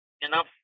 enough